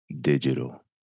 digital